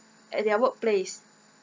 at their work place